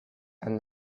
and